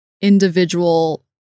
individual